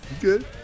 good